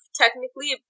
technically